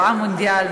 רואה מונדיאל,